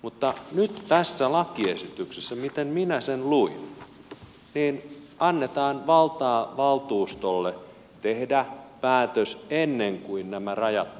mutta nyt tässä lakiesityksessä niin kuin minä sen luin annetaan valtaa valtuustolle tehdä päätös ennen kuin nämä rajat täyttyvät